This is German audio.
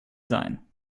sein